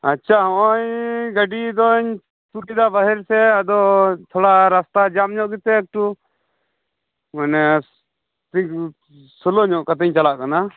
ᱟᱪᱪᱷᱟ ᱱᱚᱜᱼᱚᱭ ᱜᱟᱹᱰᱤ ᱫᱚᱧ ᱛᱩᱫ ᱠᱮᱫᱟ ᱵᱟᱦᱨᱮ ᱥᱮᱫ ᱟᱫᱚ ᱛᱷᱚᱲᱟ ᱨᱟᱥᱛᱟ ᱡᱟᱢ ᱧᱚᱜ ᱜᱮᱛᱮ ᱮᱠᱴᱩ ᱢᱟᱱᱮ ᱴᱷᱤᱠ ᱥᱳᱞᱳ ᱧᱚᱜ ᱠᱟᱛᱤᱧ ᱪᱟᱞᱟᱜ ᱠᱟᱱᱟ